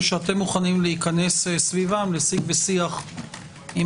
ושאתם מוכנים להיכנס סביבם לשיג ושיח עם